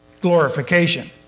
glorification